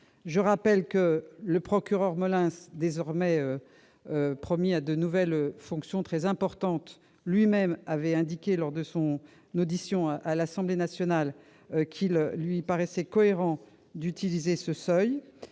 de treize ans. Le procureur Molins, désormais promis à de nouvelles fonctions très importantes, a lui-même indiqué, lors de son audition à l'Assemblée nationale, qu'il lui paraissait cohérent d'instaurer ce seuil.